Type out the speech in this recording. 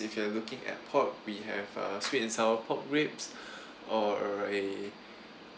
if you are looking at pork we have uh sweet and sour pork ribs or a